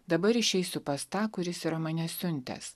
dabar išeisiu pas tą kuris yra mane siuntęs